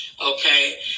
Okay